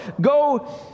Go